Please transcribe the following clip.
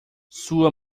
sua